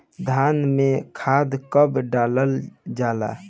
धान में खाद कब डालल जाला?